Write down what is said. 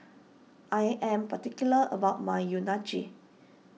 I am particular about my Unagi